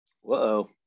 Whoa